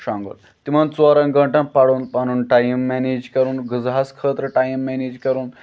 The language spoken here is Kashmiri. شۄنٛگُن تِمَن ژورَن گنٛٹَن پَرُن پَنُن ٹایِم مٮ۪نیج کَرُن غذہَس خٲطرٕ ٹایِم مٮ۪نیج کَرُن